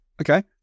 Okay